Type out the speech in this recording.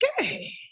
okay